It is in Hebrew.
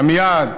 עמיעד,